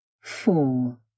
four